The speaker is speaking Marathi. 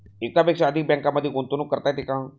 एकापेक्षा अधिक बँकांमध्ये गुंतवणूक करता येते का?